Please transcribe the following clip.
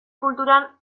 kulturan